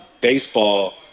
baseball